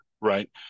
right